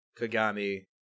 Kagami